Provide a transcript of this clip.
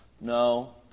No